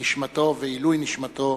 שמו ולעילוי נשמתו,